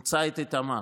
מצא את איתמר.